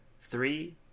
Three